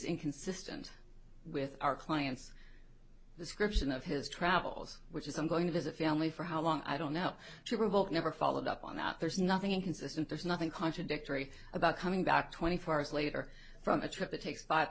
inconsistent with our client's description of his travels which is i'm going to visit family for how long i don't know to provoke never followed up on that there's nothing inconsistent there's nothing contradictory about coming back twenty four hours later from a trip that takes five